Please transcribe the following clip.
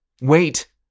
Wait